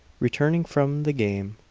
returning from the game,